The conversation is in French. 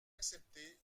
accepté